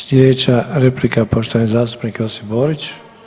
Sljedeća replika je poštovani zastupnik Josip Borić.